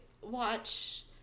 watch